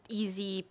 easy